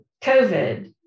COVID